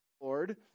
Lord